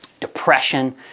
depression